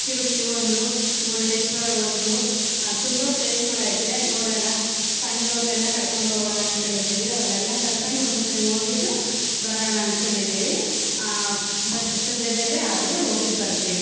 ತಿರುಪತಿ ಒಂದು ಮುರುಡೇಶ್ವರ ಒಂದು ತುಂಬ ಪ್ಲೇಸ್ಗಳೈತೆ ನೋಡೋಣ ಸಂಘದವ್ರ್ನೆಲ್ಲ ಕರ್ಕೊಂಡು ಹೋಗೋಣ ಅಂದ್ಕೊಂಡಿದ್ದೀವಿ ಅವರನ್ನೆಲ್ಲ ಕರ್ಕೊಂಡು ಒಂದ್ಸರಿ ಹೋಗಿದ್ದು ಬರೋಣ ಅಂದ್ಕೊಂಡಿದ್ದೀವಿ ಬಟ್ ಸದ್ಯದಲ್ಲೇ ಆದರೆ ಹೋಗಿದ್ದು ಬರ್ತೀವಿ